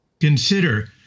consider